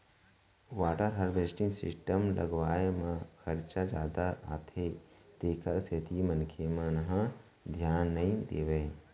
water harvesting system लगवाए म खरचा जादा आथे तेखर सेती मनखे मन ह धियान नइ देवय